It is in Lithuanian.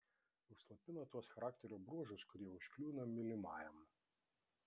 užslopina tuos charakterio bruožus kurie užkliūna mylimajam